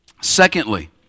Secondly